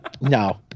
No